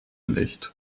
nicht